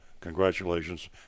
Congratulations